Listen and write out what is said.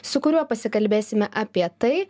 su kuriuo pasikalbėsime apie tai